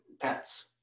pets